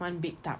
one big tub